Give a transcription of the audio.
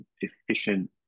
efficient